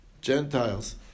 Gentiles